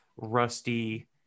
rusty